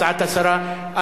הצעת השרה?